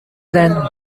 then